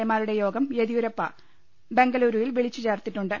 A മാരുടെ യോഗം Yeddyurappa ബംഗലൂരുവിൽ വിളിച്ചുചേർത്തിട്ടുണ്ട്